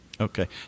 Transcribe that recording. Okay